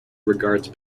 regards